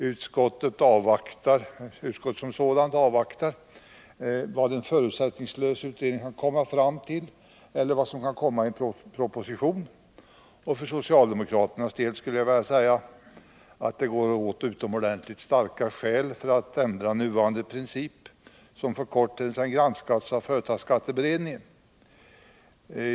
Utskottet som sådant avvaktar vad en förutsättningslös utredning kan komma fram till eller vad som kan komma i en proposition, och för socialdemokraternas del skulle jag vilja säga att det går åt utomor dentligt starka skäl för att ändra nuvarande princip som för kort tid sedan granskats av företagsskatteberedningen.